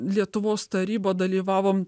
lietuvos taryba dalyvavom